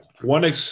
one